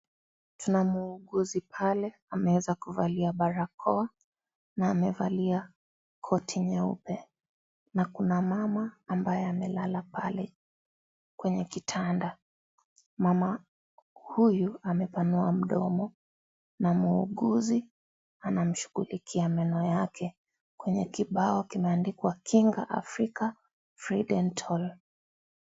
Kuna muuguzi pale, ameweza kuvalia barakoa na amevalia koti nyeupe na kuna mama ambaye amelala pale kwenye kitanda. Mama huyu amepanua mdomo na muuguzi anamshughulikia meno yake kwenye ya kibao kimeandikwa " Kinga Africa Friden Toll"